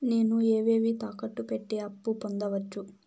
నేను ఏవేవి తాకట్టు పెట్టి అప్పు పొందవచ్చు?